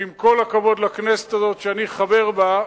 ועם כל הכבוד לכנסת הזאת שאני חבר בה,